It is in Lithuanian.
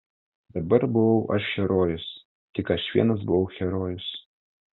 dabar buvau aš herojus tik aš vienas buvau herojus